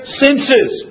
senses